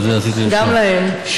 עשיתי להם שלום,